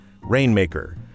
Rainmaker